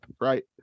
right